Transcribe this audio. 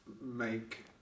make